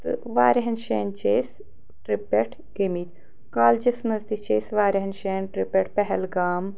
تہٕ وارِہَن جایَن چھِ أسۍ ٹِرٛپ پٮ۪ٹھ گٔمِتۍ کالجَس منٛز تہِ چھِ أسۍ وارِہَن جایَن ٹِرٛپ پٮ۪ٹھ پہلگام